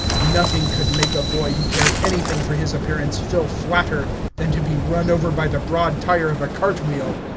nothing could make a boy, who cared anything for his appearance, feel flatter than to be run over by the broad tire of a cart-wheel.